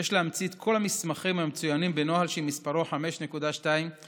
יש להמציא את כל המסמכים המצוינים בנוהל שמספרו 5.2.0001,